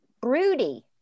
Broody